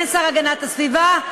כן, השר להגנת הסביבה.